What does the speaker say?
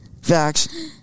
Facts